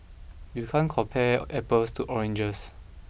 you can't compare apples to oranges